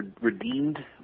redeemed